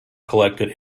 collected